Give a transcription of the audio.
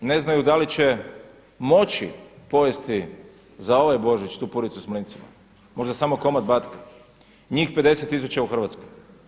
Ne znaju da li će moći pojesti za ovaj Božić tu puricu s mlincima, možda samo komad batka, njih 50000 u Hrvatskoj.